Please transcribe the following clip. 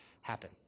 happen